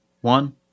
one